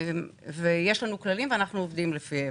יש לנו כללים, ואנחנו עובדים לפיהם.